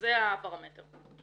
זה הפרמטר פה.